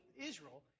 Israel